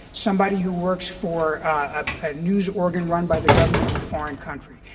somebody who works for a news organ run by the government of a foreign country.